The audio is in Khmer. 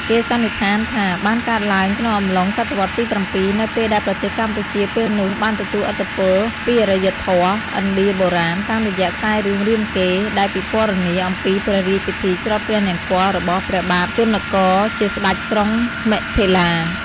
គេសន្និដ្ឋានថាបានកើតឡើងក្នុងអំឡុង សតវត្ស ទី៧ នៅពេលដែលប្រទេសកម្ពុជាពេលនោះបានទទួលឥទ្ធិពលពីអរិយធម៌ ឥណ្ឌាបុរាណ តាមរយៈខ្សែររឿង រាមកេរ្តិ៍ ដែលពិពណ៌នា អំពីព្រះរាជពិធីច្រត់ព្រះនង្គ័ល របស់ព្រះបាទជនក ជាស្ដេចក្រុងមិថិលា។